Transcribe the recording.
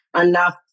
enough